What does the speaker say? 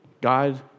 God